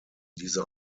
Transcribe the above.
diese